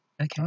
Okay